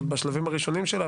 עוד בשלבים הראשונים שלה,